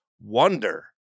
wonder